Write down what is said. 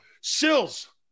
Sills